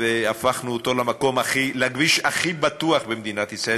והפכנו אותו לכביש הכי בטוח במדינת ישראל,